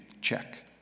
Check